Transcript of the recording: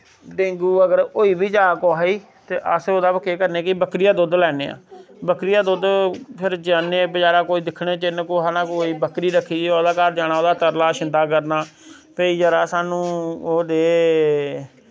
dengue अगर होई बी जा कुसे गी अस ओह्दा केह् करने कि बकरी दा दुध्द लैन्ने आं बकरी दा दुध्द जन्ने बजारा कोई दिक्खने जिन्न कुसा नै बकरी रक्खी दी होऐ ओह्दे घर जाना ओह्दा तरला शंद्दा करना भाई जरा स्हानू ओह् दे